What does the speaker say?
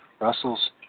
Russell's